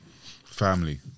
Family